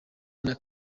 anna